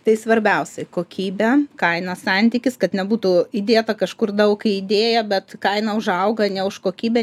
tai svarbiausiai kokybė kainos santykis kad nebūtų įdėta kažkur daug idėja bet kaina užauga ne už kokybę